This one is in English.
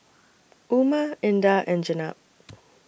Umar Indah and Jenab